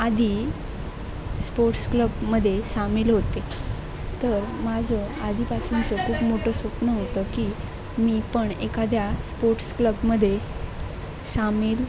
आधी स्पोर्ट्स क्लबमध्ये सामिल होते तर माझं आधीपासूनचं खूप मोठं स्वप्न होतं की मी पण एखाद्या स्पोर्ट्स क्लबमध्ये सामिल